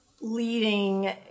leading